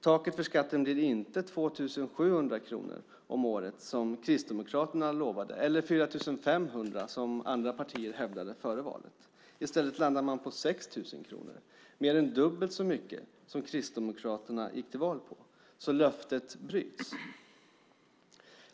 Taket för skatten blir inte 2 700 kronor om året, som Kristdemokraterna lovat, eller 4 500, som andra partier hävdade före valet. I stället landar man på 6 000 kronor, mer än dubbelt så mycket som Kristdemokraterna gick till val på. Så löftet bryts.